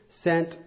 sent